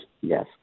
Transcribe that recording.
yes